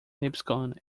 lipscomb